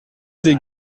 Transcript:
des